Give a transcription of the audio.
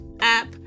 app